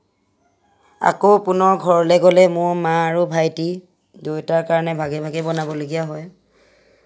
আকৌ পুনৰ ঘৰলে গ'লে মোৰ মা আৰু ভাইটি দুয়োটাৰ কাৰণে ভাগে ভাগে বনাবলগীয়া হয়